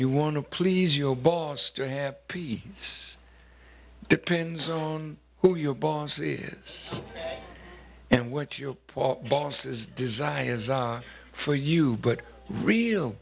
you want to please your boss to have this depends on who your boss is and what your bosses desires for you but real